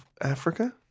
Africa